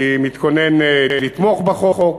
אני מתכונן לתמוך בחוק,